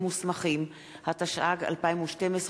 התשע"ג 2012,